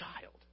child